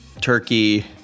turkey